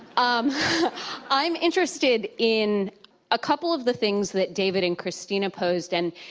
um i am interested in a couple of the things that david and christina posed and